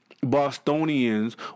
Bostonians